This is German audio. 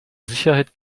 sicherheit